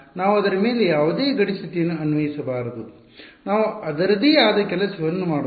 ಆದ್ದರಿಂದ ನಾವು ಅದರ ಮೇಲೆ ಯಾವುದೇ ಗಡಿ ಸ್ಥಿತಿಯನ್ನು ಅನ್ವಯಿಸಬಾರದು ನಾವು ಅದರದೇ ಆದ ಕೆಲಸವನ್ನು ಮಾಡೋಣ